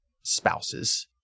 spouses